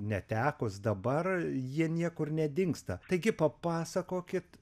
netekus dabar jie niekur nedingsta taigi papasakokit